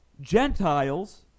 Gentiles